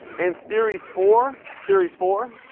and series four series four?